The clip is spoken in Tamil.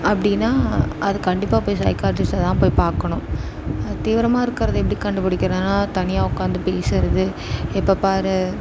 அப்படின்னா அது கண்டிப்பாக போய் சைக்கார்டிஸ்ட்டை தான் போய் பார்க்கணும் தீவிரமாக இருக்கிறத எப்படி கண்டுப்பிடிக்கிறதுனா தனியாக உட்காந்து பேசுகிறது எப்போ பார்